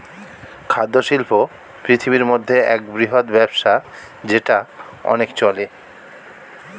খাদ্য শিল্প পৃথিবীর মধ্যে এক বৃহত্তম ব্যবসা যেটা অনেক চলে